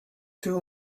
too